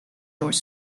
george